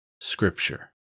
scripture